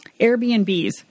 Airbnbs